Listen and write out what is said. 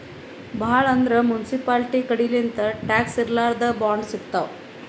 ಭಾಳ್ ಅಂದ್ರ ಮುನ್ಸಿಪಾಲ್ಟಿ ಕಡಿಲಿಂತ್ ಟ್ಯಾಕ್ಸ್ ಇರ್ಲಾರ್ದ್ ಬಾಂಡ್ ಸಿಗ್ತಾವ್